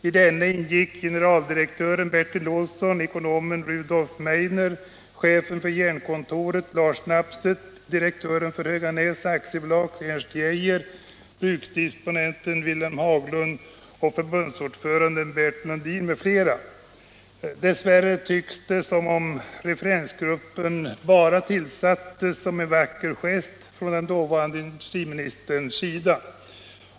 I denna ingick generaldirektör Bertil Olsson, ekonomen Rudolf Meidner, chefen för Jernkontoret Lars Nabseth, direktören för Höganäs AB Ernst Geijer, bruksdisponenten Wilhelm Haglund, förbundsordföranden Bert Lundin m.fl. Dess värre tycks det som om referensgruppen bara tillsattes som en vacker gest från den dåvarande industriministerns sida.